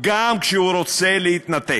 גם כשהוא רוצה להתנתק.